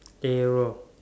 arrow